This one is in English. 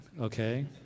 okay